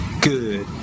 good